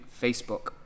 Facebook